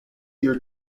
your